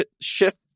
shift